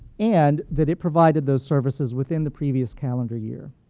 and that it provided those services within the previous calendar year.